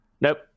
Nope